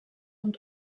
und